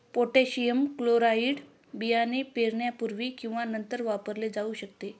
potassium chloride बियाणे पेरण्यापूर्वी किंवा नंतर वापरले जाऊ शकते